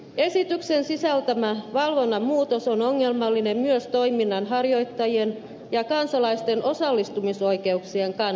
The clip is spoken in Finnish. esityksen sisältämä valvonnan muutos on ongelmallinen myös toiminnan harjoittajien ja kansalaisten osallistumisoikeuksien kannalta